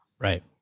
Right